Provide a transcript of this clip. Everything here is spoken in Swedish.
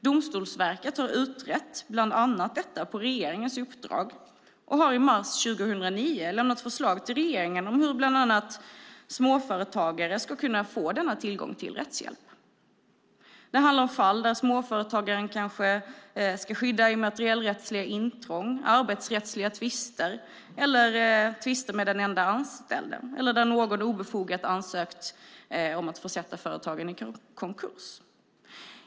Domstolsverket har utrett bland annat detta på regeringens uppdrag och har i mars 2009 avlämnat förslag till regeringen om hur bland annat småföretagare ska kunna få nämnda tillgång till rättshjälp. Det handlar om fall där småföretagaren kanske ska skyddas mot immaterialrättsligt intrång eller när det gäller arbetsrättsliga tvister eller tvister med den enda anställde eller där någon obefogat ansökt om att försätta företagaren i konkurs.